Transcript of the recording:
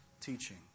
teaching